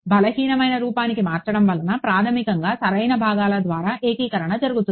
బలహీనమైన రూపానికి మార్చడం వలన ప్రాథమికంగా సరైన భాగాల ద్వారా ఏకీకరణ జరుగుతుంది